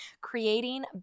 Creating